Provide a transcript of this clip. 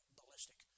ballistic